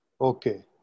Okay